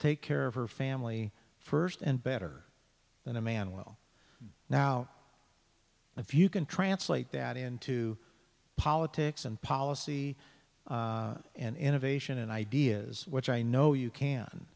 take care of her family first and better than a man will now if you can translate that into politics and policy and innovation and ideas which i know you can